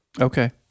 Okay